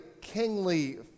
kingly